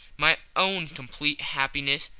my own complete happiness,